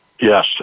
Yes